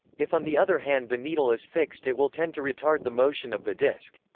if on the other hand the needle is fixed it will tend to retard the motion of the disc.